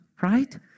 right